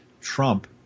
Trump